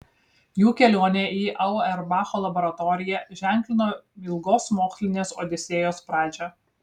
jų kelionė į auerbacho laboratoriją ženklino ilgos mokslinės odisėjos pradžią